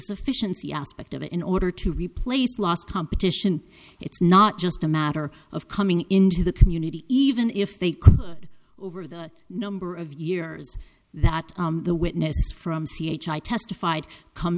sufficiency aspect of it in order to replace lost competition it's not just a matter of coming into the community even if they could over the number of years that the witness from c h i testified come